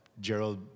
Gerald